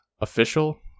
official